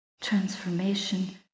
transformation